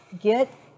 get